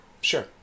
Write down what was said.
sure